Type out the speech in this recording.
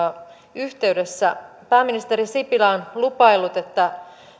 yhteydessä pääministeri sipilä on lupaillut että